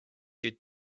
you